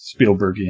spielbergian